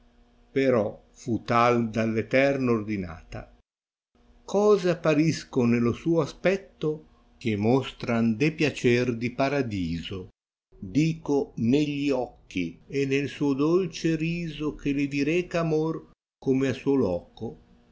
però fu tal dall eterno ordinata coie appariscon neilo suo aspetto che mostraa de piaper di paradiso i dico negli occhi e nel suo dolee rtso che le vi reca amor come a suo loco